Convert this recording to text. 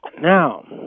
now